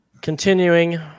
Continuing